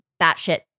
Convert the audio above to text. batshit